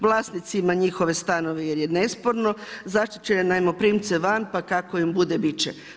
Vlasnicima njihove stanove jer je nesporno, zaštićene najmoprimce van pa kako im bude bit će.